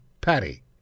Patty